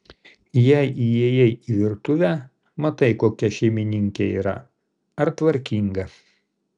jei įėjai į virtuvę matai kokia šeimininkė yra ar tvarkinga